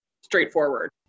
straightforward